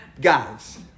Guys